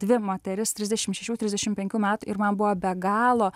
dvi moteris trisdešim šešių trisdešim penkių metų ir man buvo be galo